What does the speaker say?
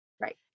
Right